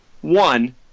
One